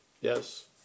Yes